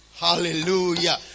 Hallelujah